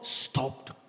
stopped